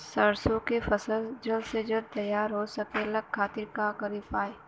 सरसो के फसल जल्द से जल्द तैयार हो ओकरे खातीर का उपाय बा?